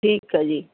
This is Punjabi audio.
ਠੀਕ ਆ ਜੀ